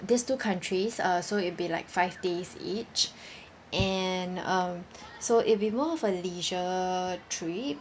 these two countries uh so it'll be like five days each and um so it'll be more of a leisure trip